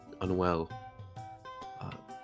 unwell